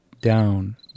down